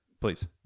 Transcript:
Please